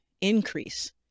increase